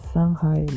Shanghai